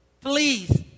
Please